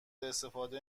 استفاده